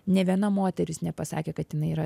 nė viena moteris nepasakė kad jinai yra